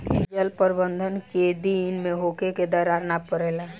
जल प्रबंधन केय दिन में होखे कि दरार न परेला?